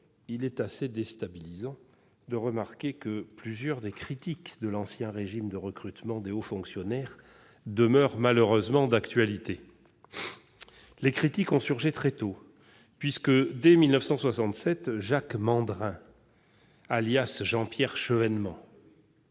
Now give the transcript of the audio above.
il est assez déstabilisant de remarquer que plusieurs des critiques de l'ancien régime de recrutement des hauts fonctionnaires demeurent malheureusement d'actualité. Les critiques ont surgi très tôt puisque, dès 1967, Jacques Mandrin- alias Jean-Pierre Chevènement,